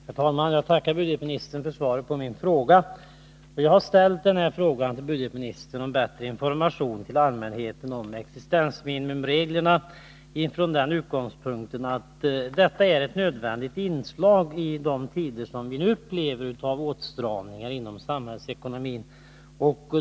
Herr talman! Jag tackar budgetministern för svaret. Jag har ställt frågan om bättre information till allmänheten om reglerna för existensminimum från den utgångspunkten att de är ett nödvändigt inslag i en tid som den vi upplever med åtstramning inom samhällsekonomin.